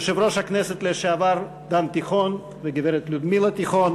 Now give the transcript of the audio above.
יושב-ראש הכנסת לשעבר דן תיכון וגברת לודמילה תיכון,